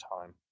time